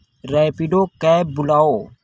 Rapido cab बुलाओ